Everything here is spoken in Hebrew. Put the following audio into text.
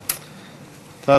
בעד.